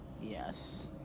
Yes